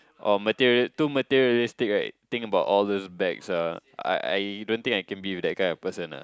or material~ too materialistic right think about all those bags ah I I don't think I can be with that kind of person ah